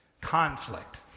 conflict